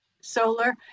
solar